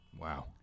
Wow